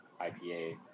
IPA